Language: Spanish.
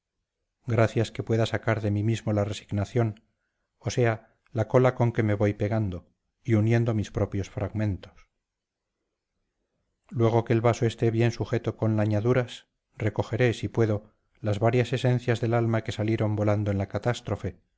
gracias que pueda sacar de mí mismo la resignación o sea la cola con que me voy pegando y uniendo mis propios fragmentos luego que el vaso esté bien sujeto con lañaduras recogeré si puedo las varias esencias del alma que salieron volando en la catástrofe